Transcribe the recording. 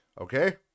Okay